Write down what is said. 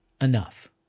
Enough